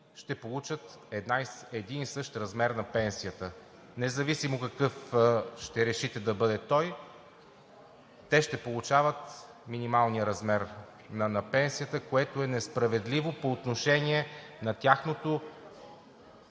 ще получат един и същ размер на пенсията. Независимо какъв ще решите да бъде той, те ще получават минималния размер на пенсията, което е несправедливо по отношение на тяхното